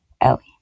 Ellie